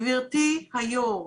גברתי היו"ר,